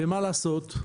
ומה לעשות,